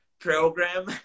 program